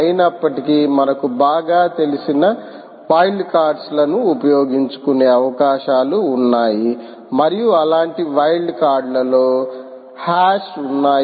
అయినప్పటికీ మనకు బాగా తెలిసిన వైల్డ్ కార్డులను ఉపయోగించుకునే అవకాశాలు ఉన్నాయి మరియు అలాంటి వైల్డ్ కార్డులలో హాష్ ఉన్నాయి